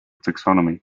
taxonomy